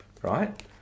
Right